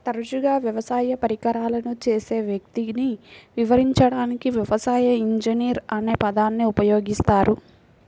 తరచుగా వ్యవసాయ పరికరాలను చేసే వ్యక్తిని వివరించడానికి వ్యవసాయ ఇంజనీర్ అనే పదాన్ని ఉపయోగిస్తారు